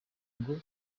ngo